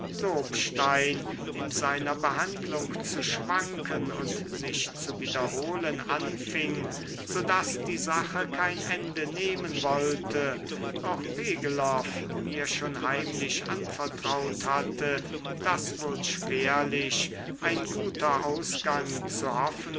lobstein in seiner behandlung zu schwanken und sich zu wiederholen anfing so daß die sache kein ende nehmen wollte auch pegelow mir schon heimlich anvertraut hatte daß wohl schwerlich ein guter ausgang zu